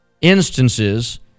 instances